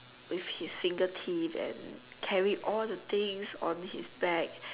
with his single teeth and carry all the things on his back